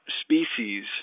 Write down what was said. species